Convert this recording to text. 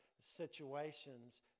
situations